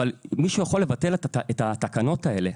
אבל מישהו יכול לבטל את התקנות האלה,